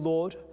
Lord